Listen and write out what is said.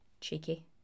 Cheeky